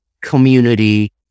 community